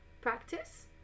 practice